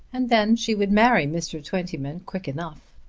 and then she would marry mr. twentyman quick enough.